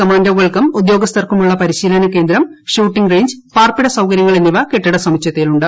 കമാൻഡോകൾക്കും ഉദ്യോഗസ്ഥർക്കുമുള്ള പരിശീലന കേന്ദ്രം ഷൂട്ടിങ്ങ് റേഞ്ച് പാർപ്പിട സൌകര്യങ്ങൾ എന്നിവ കെട്ടിട സമുച്ചയത്തിലുണ്ട്